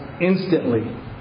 instantly